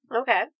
Okay